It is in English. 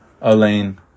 elaine